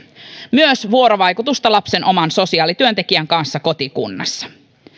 myös vuorovaikutusta lapsen oman sosiaalityöntekijän kanssa kotikunnassa